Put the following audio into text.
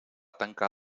tancar